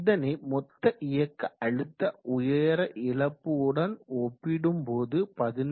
இதனை மொத்த இயக்க அழுத்த உயர இழப்புடன் ஒப்பிடும்போது 18